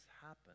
happen